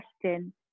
question